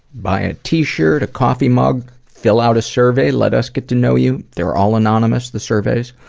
buy a t-shirt, a coffee mug. fill out a survey, let us get to know you. they're all anonymous, the surveys.